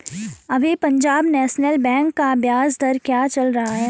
अभी Punjab national bank का ब्याज दर क्या चल रहा है?